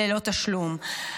ללא תשלום.